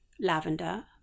lavender